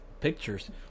Pictures